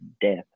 death